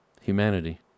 Humanity